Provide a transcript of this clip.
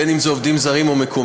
בין אם זה עובדים זרים או מקומיים,